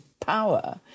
power